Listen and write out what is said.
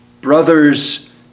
brothers